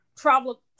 travel